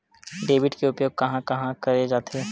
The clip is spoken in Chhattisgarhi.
डेबिट के उपयोग कहां कहा करे जाथे?